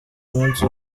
munsi